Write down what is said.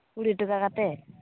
ᱠᱩᱲᱤ ᱴᱟᱠᱟ ᱠᱟᱛᱮ